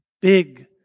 big